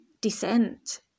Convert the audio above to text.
descent